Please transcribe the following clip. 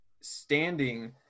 standing